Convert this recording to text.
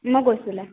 মই গৈছোঁ ওলাই